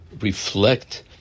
reflect